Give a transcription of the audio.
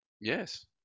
Yes